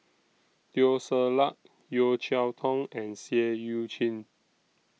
Teo Ser Luck Yeo Cheow Tong and Seah EU Chin